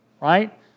right